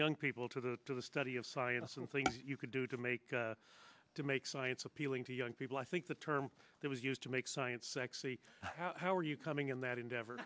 young people to the to the study of science and so you could do to make to make science appealing to young people i think the term that was used to make science sexy how are you coming in that endeavor